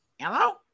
Hello